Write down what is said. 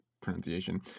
pronunciation